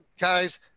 Guys